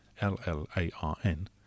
L-L-A-R-N